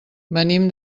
venim